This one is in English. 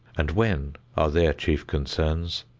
and when, are their chief concerns.